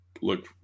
look